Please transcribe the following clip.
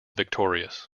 victorious